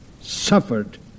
suffered